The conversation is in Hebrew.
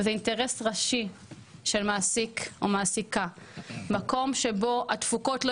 וזה אינטרס ראשי של מעסיק מקום שבו התפוקות לא